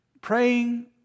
Praying